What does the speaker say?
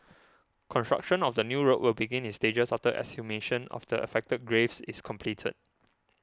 construction of the new road will begin in stages after exhumation of the affected graves is completed